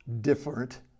different